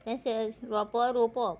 तें शे शे रोंपो रोंपोप